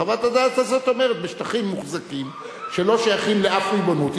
חוות הדעת הזאת אומרת: בשטחים מוחזקים שלא שייכים לאף ריבונות יש,